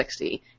60